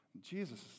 jesus